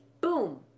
boom